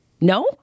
no